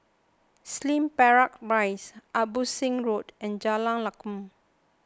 Slim Barracks Rise Abbotsingh Road and Jalan Lakum